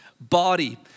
body